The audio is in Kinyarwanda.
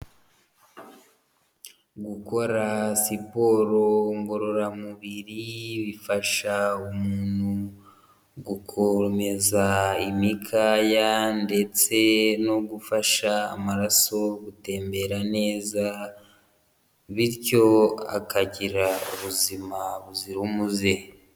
Gukora siporo ngororamubiri bifasha umuntu gukomeza imikaya ndetse no gufasha amaraso gutembera neza, bityo akagira ubuzima buzira umuze.